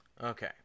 Okay